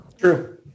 True